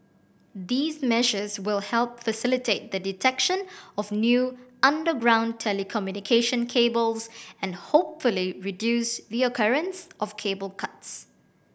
these measures will help facilitate the detection of new underground telecommunication cables and hopefully reduce the occurrence of cable cuts